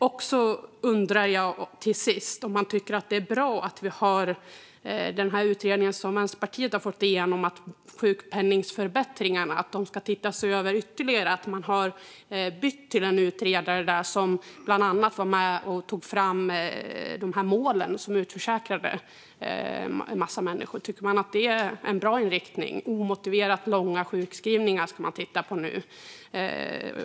Till sist undrar jag om man tycker att det är bra att man, när man nu ytterligare ska se över den utredning som Vänsterpartiet har fått igenom med sjukpenningsförbättringar, har bytt till en utredare som bland annat var med och tog fram de mål som utförsäkrade en massa människor. Tycker man att det är en bra inriktning? Omotiverat långa sjukskrivningar ska man titta på nu.